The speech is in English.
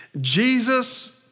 Jesus